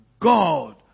God